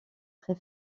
très